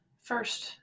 first